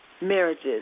marriages